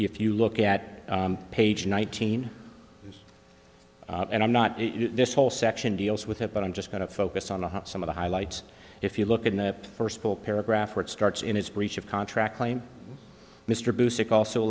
if you look at page nineteen and i'm not in this whole section deals with it but i'm just going to focus on the some of the highlights if you look in the first full paragraph where it starts in his breach of contract claim mr busek also